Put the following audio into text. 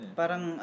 parang